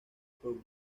por